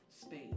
space